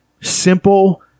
simple